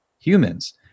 humans